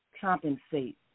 compensate